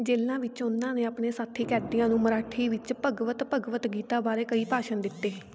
ਜੇਲ੍ਹਾਂ ਵਿੱਚ ਉਹਨਾਂ ਨੇ ਆਪਣੇ ਸਾਥੀ ਕੈਦੀਆਂ ਨੂੰ ਮਰਾਠੀ ਵਿੱਚ ਭਗਵਤ ਭਗਵਤ ਗੀਤਾ ਬਾਰੇ ਕਈ ਭਾਸ਼ਣ ਦਿੱਤੇ